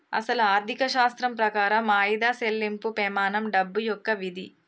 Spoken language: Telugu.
అసలు ఆర్థిక శాస్త్రం ప్రకారం ఆయిదా సెళ్ళింపు పెమానం డబ్బు యొక్క విధి